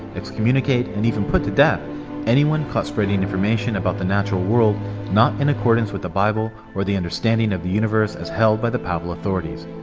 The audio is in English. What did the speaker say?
excommunicate and even put to death anyone caught spreading information about the natural world not in accordance with the bible or the understanding of the universe as held by the papal authorities.